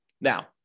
Now